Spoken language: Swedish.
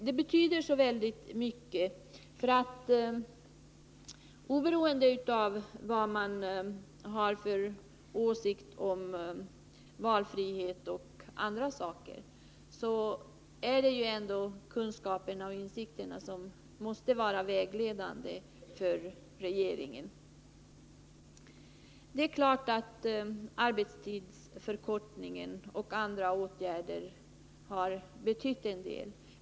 Det betyder oerhört mycket, för oberoende av vad man har för åsikt om valfrihet och andra ting så är det ändock kunskaperna och insikterna som måste vara vägledande för regeringen. Det är klart att arbetstidsförkortningen och andra åtgärder har betytt en del.